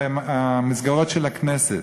המסגרות של הכנסת.